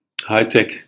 high-tech